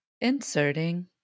Inserting